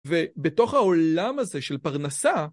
ובתוך העולם הזה של פרנסה,